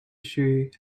shoe